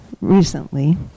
recently